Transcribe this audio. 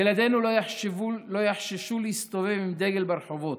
ילדינו לא יחששו להסתובב עם דגל ברחובות.